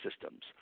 systems